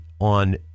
on